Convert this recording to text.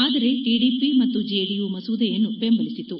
ಆದರೆ ಟಿಡಿಪಿ ಮತ್ತು ಜೆಡಿಯು ಮಸೂದೆಯನ್ನು ಬೆಂಬಲಿಸಿತು